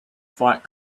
fight